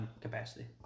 Capacity